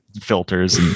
filters